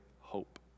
hope